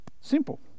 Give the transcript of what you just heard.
Simple